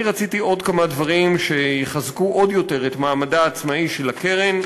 אני רציתי עוד כמה דברים שיחזקו עוד יותר את מעמדה העצמאי של הקרן,